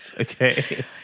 Okay